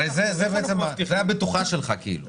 הרי זה הבטוחה שלך כאילו,